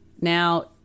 Now